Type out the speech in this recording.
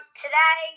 today